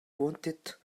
wanted